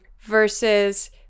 versus